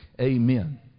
Amen